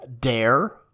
Dare